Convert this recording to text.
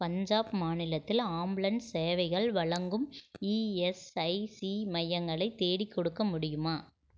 பஞ்சாப் மாநிலத்தில் ஆம்புலன்ஸ் சேவைகள் வழங்கும் இஎஸ்ஐசி மையங்களை தேடிக்கொடுக்க முடியுமா